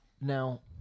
Now